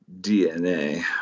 dna